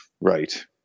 right